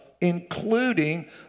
including